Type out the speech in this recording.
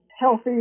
healthy